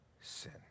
sin